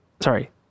Sorry